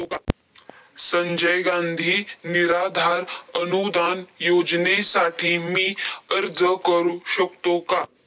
संजय गांधी निराधार अनुदान योजनेसाठी मी अर्ज करू शकतो का?